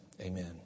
Amen